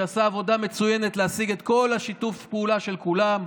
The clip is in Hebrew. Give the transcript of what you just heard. שעשה עבודה מצוינת להשיג את כל השיתוף פעולה של כולם.